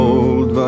Old